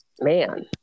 man